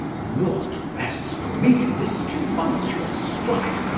naught rests for me, in this tumultuous strife,